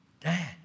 Dad